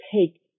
take